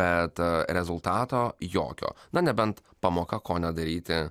bet rezultato jokio na nebent pamoka ko nedaryti